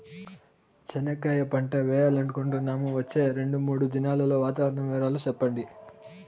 చెనక్కాయ పంట వేయాలనుకుంటున్నాము, వచ్చే రెండు, మూడు దినాల్లో వాతావరణం వివరాలు చెప్పండి?